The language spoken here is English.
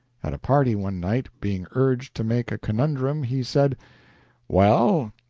at a party one night, being urged to make a conundrum, he said well,